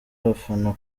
abafana